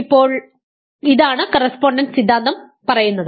ഇപ്പോൾ ഇതാണ് കറസ്പോണ്ടൻസ് സിദ്ധാന്തം പറയുന്നത്